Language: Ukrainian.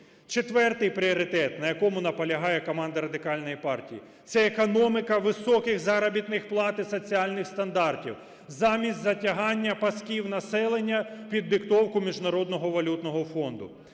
Четвертий пріоритет, на якому наполягає команда Радикальної партії, – це економіка високих заробітних плат і соціальних стандартів замість затягування пасків населення під диктовку Міжнародного валютного фонду.